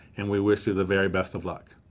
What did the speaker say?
and we wish you the very best of luck.